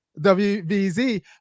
WBZ